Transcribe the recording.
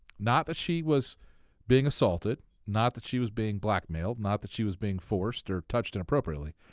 not that she was being assaulted, not that she was being blackmailed, not that she was being forced or touched inappropriately.